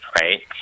right